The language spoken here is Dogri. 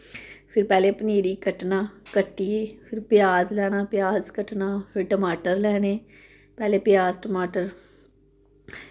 फिर पैह्लें पनीर गी कट्टना कट्टियै फिर प्याज लैना प्याज कट्टना फिर टमाटर लैने पैह्लें प्याज़ टमाटर